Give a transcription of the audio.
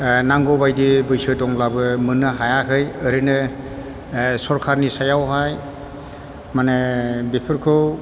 नांगौ बायदियै बैसो दंब्लाबो मोननो हायाखै ओरैनो सरखारनि सायावहाय माने बिफोरखौ